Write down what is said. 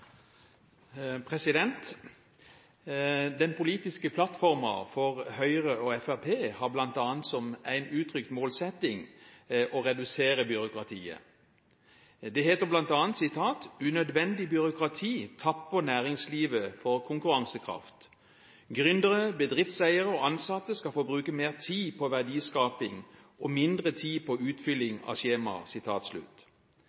har bl.a. som en uttrykt målsetting å redusere byråkratiet. Det heter bl.a. at «unødvendig byråkrati tapper næringslivet vårt for konkurransekraft. Gründere, bedriftseiere og ansatte skal få bruke mer tid på verdiskaping, og mindre tid på